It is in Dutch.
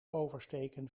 oversteken